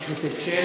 חבר הכנסת מוזס,